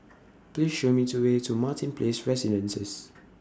Please Show Me to Way to Martin Place Residences